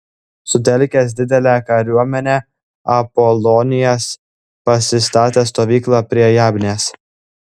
sutelkęs didelę kariuomenę apolonijas pasistatė stovyklą prie jabnės